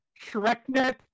ShrekNet